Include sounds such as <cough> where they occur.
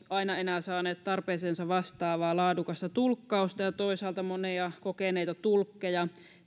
<unintelligible> aina ole saaneet tarvettaan vastaavaa laadukasta tulkkausta ja toisaalta monia kokeneita tulkkeja